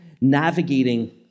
navigating